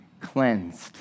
cleansed